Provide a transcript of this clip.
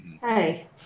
Hey